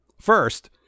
First